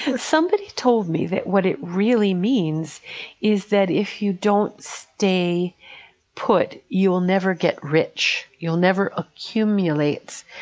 and somebody told me that what it really means is that if you don't stay put, you'll never get rich, you'll never accumulate